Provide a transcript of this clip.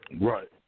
Right